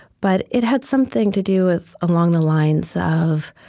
but it had something to do with along the lines of,